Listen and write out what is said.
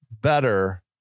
better